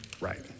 right